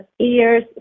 ears